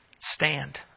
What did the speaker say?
stand